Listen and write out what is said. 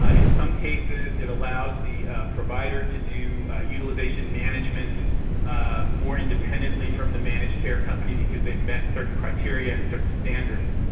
in some cases it allows the provider to do utilization management more independently from the managed care company because they've met certain criteria and certain standards.